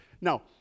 Now